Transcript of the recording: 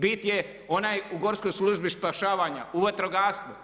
Bit je onaj u Gorskoj službi spašavanja, u vatrogastvu.